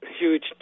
huge